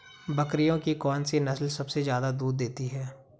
बकरियों की कौन सी नस्ल सबसे ज्यादा दूध देती है?